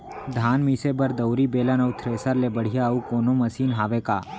धान मिसे बर दउरी, बेलन अऊ थ्रेसर ले बढ़िया अऊ कोनो मशीन हावे का?